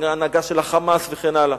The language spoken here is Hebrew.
ההנהגה של ה"חמאס" וכן הלאה.